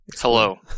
Hello